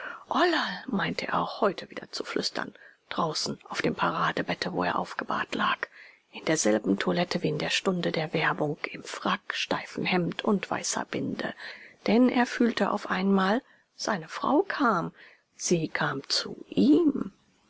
ollerl meinte er auch heute wieder zu flüstern draußen auf dem paradebette wo er aufgebahrt lag in derselben toilette wie in der stunde der werbung im frack steifen hemd und weißer binde denn er fühlte auf einmal seine frau kam sie kam zu ihm